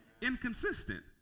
inconsistent